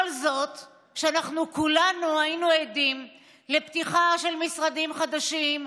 כל זאת כשאנחנו כולנו היינו עדים לפתיחה של משרדים חדשים,